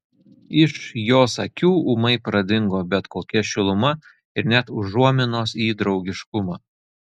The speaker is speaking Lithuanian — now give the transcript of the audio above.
iš jos akių ūmai pradingo bet kokia šiluma ir net užuominos į draugiškumą